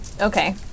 Okay